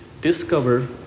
discover